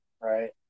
right